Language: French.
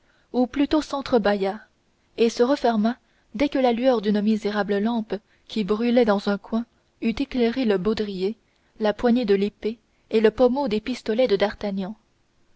ou plutôt s'entrebâilla et se referma dès que la lueur d'une misérable lampe qui brûlait dans un coin eut éclairé le baudrier la poignée de l'épée et le pommeau des pistolets de d'artagnan